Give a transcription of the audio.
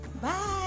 Bye